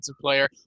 player